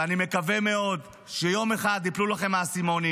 ואני מקווה מאוד שיום אחד ייפלו לכם האסימונים